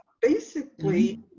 basically,